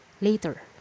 later